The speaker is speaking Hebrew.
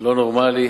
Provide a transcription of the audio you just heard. לא נורמלי,